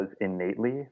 innately